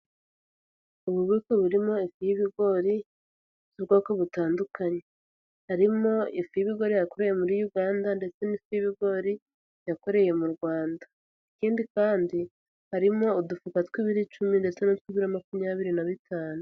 Ububiko burimo iy'ibigori by'ubwoko butandukanye. Harimo ifu y'bigori yakorewe muri uganda ndetse n'ifu y'ibigori yakorewe mu Rwanda . Ikindi kandi harimo udufuka tw'ibiro icumi ndetse ndetse n'utwa makumyabiri na bitanu.